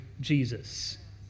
Jesus